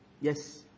Yes